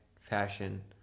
fashion